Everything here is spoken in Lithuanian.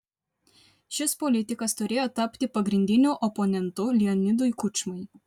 šis politikas turėjo tapti pagrindiniu oponentu leonidui kučmai